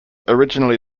originally